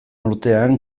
urtean